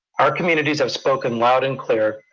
our communities have spoken loud and clear.